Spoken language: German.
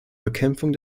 bekämpfung